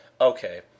Okay